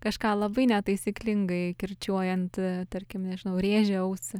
kažką labai netaisyklingai kirčiuojant tarkim nežinau rėžia ausį